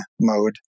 mode